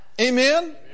Amen